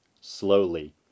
slowly